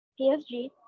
PSG